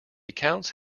accounts